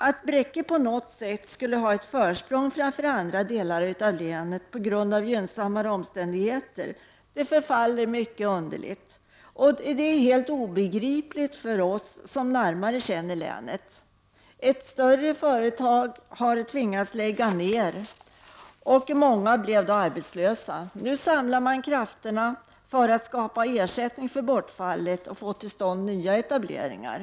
Att Bräcke på något sätt skulle ha ett försprång framför andra delar av länet på grund av gynnsammare omständigheter förefaller mycket underligt, och det är helt obegripligt för oss som närmare känner länet. Ett större företag har tvingats lägga ner, och många blev då arbetslösa. Nu samlar man krafterna för att skapa ersättning för bortfallet och få till stånd nya etableringar.